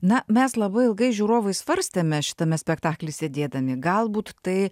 na mes labai ilgai žiūrovai svarstėme šitame spektakly sėdėdami galbūt tai